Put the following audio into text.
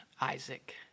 Isaac